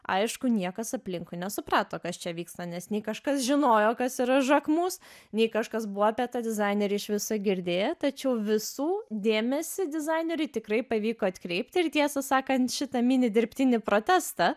aišku niekas aplinkui nesuprato kas čia vyksta nes nei kažkas žinojo kas yra žakmus nei kažkas buvo apie tą dizainerį iš viso girdėję tačiau visų dėmesį dizaineriui tikrai pavyko atkreipti ir tiesą sakant šitą mini dirbtinį protestą